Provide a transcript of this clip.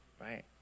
Right